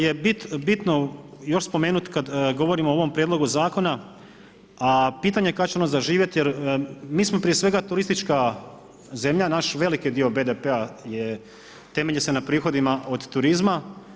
Ono što je bitno još spomenuti kada govorimo o ovom prijedlogu zakona a pitanje kada će ono zaživjeti jer mi smo prije svega turistička zemlja, naš veliki dio BDP-a temelji se na prihodima od turizma.